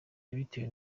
yabitewe